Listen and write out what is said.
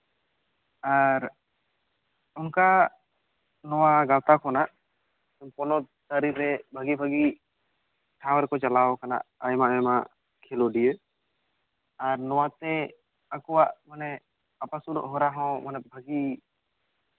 ᱟᱨ ᱚᱱᱠᱟ ᱱᱚᱣᱟ ᱜᱟᱶᱛᱟ ᱠᱷᱚᱱᱟᱜ ᱯᱚᱱᱚᱛ ᱰᱟᱹᱦᱤᱨᱮ ᱵᱷᱟᱹᱜᱤ ᱵᱷᱟᱹᱜᱤ ᱴᱷᱟᱶ ᱨᱮᱠᱚ ᱪᱟᱞᱟᱣ ᱠᱟᱱᱟ ᱟᱭᱢᱟ ᱟᱭᱢᱟ ᱠᱷᱮᱞᱳᱰᱤᱭᱟᱹ ᱟᱨ ᱱᱚᱣᱟᱛᱮ ᱟᱠᱚᱣᱟᱜ ᱢᱟᱱᱮ ᱟᱯᱟᱥᱩᱞᱚᱜ ᱦᱚᱨᱟᱦᱚᱸ ᱵᱷᱟᱹᱜᱤ